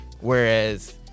whereas